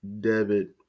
debit